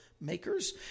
makers